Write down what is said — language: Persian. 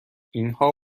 اینها